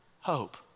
hope